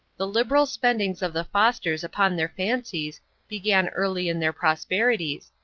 the liberal spendings of the fosters upon their fancies began early in their prosperities,